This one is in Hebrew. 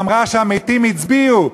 ואמרה שהמתים הצביעו,